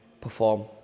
perform